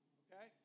okay